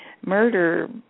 murder